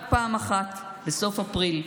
רק פעם אחת, בסוף אפריל,